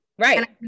Right